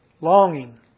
longing